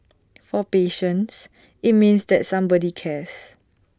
for patients IT means that somebody cares